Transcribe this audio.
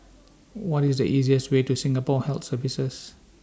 What IS The easiest Way to Singapore Health Services